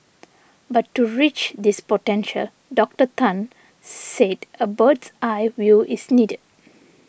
but to reach this potential Doctor Tan said a bird's eye view is needed